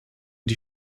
die